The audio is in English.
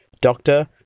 doctor